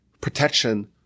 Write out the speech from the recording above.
protection